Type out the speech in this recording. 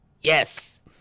Yes